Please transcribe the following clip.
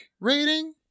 rating